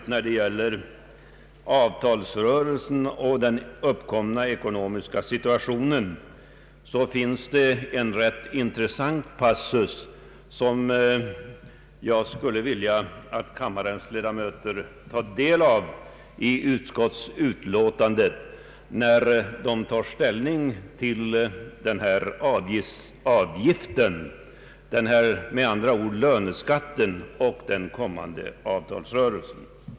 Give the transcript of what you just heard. När det gäller avtalsrörelsen och den uppkomna ekonomiska situationen finns det, herr talman, en rätt intressant passus i utskottets betänkande som jag skulle vilja att kammarens ledamöter tar del av. Jag syftar på utskottets ställningstagande till löneskatten.